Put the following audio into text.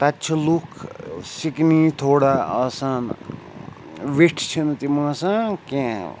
تَتہِ چھِ لُکھ سِکنی تھوڑا آسان ویٚٹھۍ چھِنہٕ تِم آسان کیٚنٛہہ